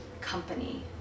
company